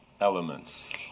elements